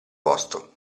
posto